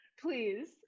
please